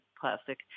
plastic